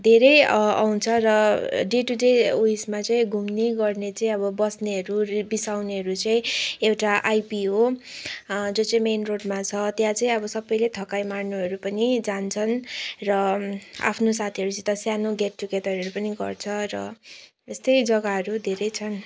धेरै आउँछ र डे टु डे उइसमा चाहिँ घुम्ने गर्ने चाहिँ अब बस्नेहरू बिसाउनेहरू चाहिँ एउटा आइपी हो जो चाहिँ मेन रोडमा छ त्यहाँ चाहिँ अब सबैले थकाइ मार्नुहरू पनि जान्छन् र आफ्नो साथीहरूसित सानो गेट टुगेदरहरू पनि गर्छ र यस्तै जग्गाहरू धेरै छन्